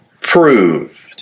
proved